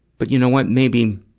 but, you know what? maybe,